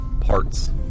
parts